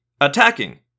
attacking